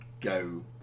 go